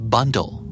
Bundle